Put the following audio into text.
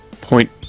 point